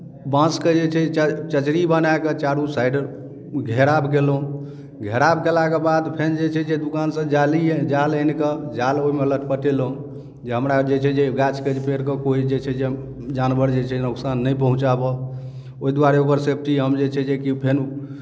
बाँसके जे छै च् चचरी बनाए कऽ चारू साइड घेराव कयलहुँ घेराव कयलाके बाद फेर जे छै जे दोकानसँ जाली जाल आनि कऽ जाल ओहिमे लटपटेलहुँ जे हमरा जे छै जे गाछके जे पेड़के कोइ जे छै जानवर जे छै नोकसान नहि पहुँचाबय ओहि दुआरे ओकर सेफ्टी हम जे छै जेकि फेर